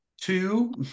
two